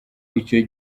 icyo